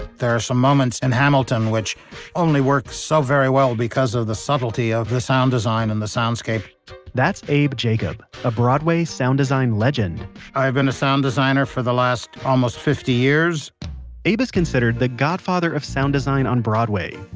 there some moments in and hamilton, which only work so very well because of the subtlety of the sound design and the soundscape that's abe jacob, a broadway sound design legend i've been a sound designer for the last almost fifty years abe is considered the godfather of sound design on broadway.